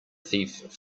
thief